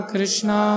Krishna